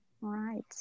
right